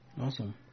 Awesome